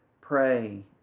pray